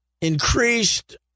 increased